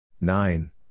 Nine